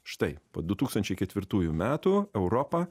štai po du tūkstančiai ketvirtųjų metų europa